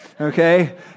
okay